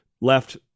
left